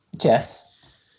Jess